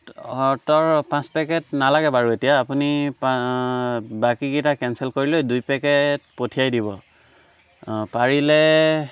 হঁতৰ পাঁচ পেকেট নালাগে বাৰু এতিয়া আপুনি বাকীকেইটা কেনচেল কৰি লৈ দুই পেকেট পঠিয়াই দিব অঁ পাৰিলে